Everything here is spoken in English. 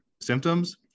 symptoms